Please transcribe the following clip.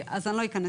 אז אני לא אכנס לזה.